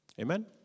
Amen